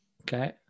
Okay